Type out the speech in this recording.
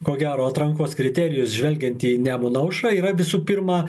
ko gero atrankos kriterijus žvelgiant į nemuno aušrą yra visų pirma